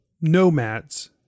nomads